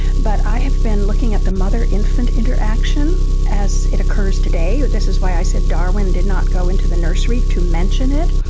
but i have been looking at the mother-infant interaction as it occurs today. this is why i said darwin did not go into the nursery, to mention it.